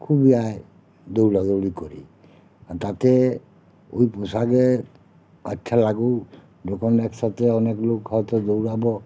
খুব ইয়া হয় দৌড়াদৌড়ি করি আর তাতে ওই পোশাকের আচ্ছা লাগুক যখন একসাথে অনেক লোক হয়তো দৌড়াবো